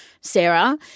Sarah